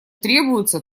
требуется